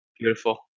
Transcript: Beautiful